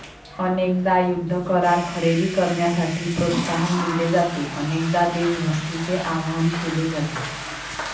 अनेकदा युद्ध करार खरेदी करण्यासाठी प्रोत्साहन दिले जाते, अनेकदा देशभक्तीचे आवाहन केले जाते